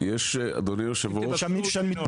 אם אני זוכר